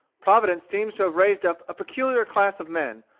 providence seems to have raised up a peculiar class of men,